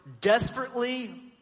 desperately